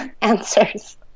answers